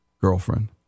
girlfriend